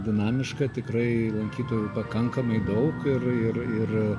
dinamiška tikrai lankytojų pakankamai daug ir ir ir